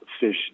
fish